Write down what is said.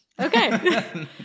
Okay